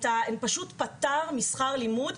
הוא פשוט פטר משכר לימוד.